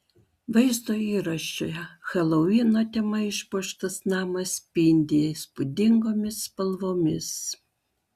vaizdo įraše helovino tema išpuoštas namas spindi įspūdingomis spalvomis